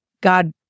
God